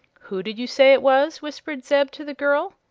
who did you say it was whispered zeb to the girl.